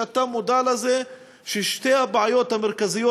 שאתה מודע לזה ששתי הבעיות המרכזיות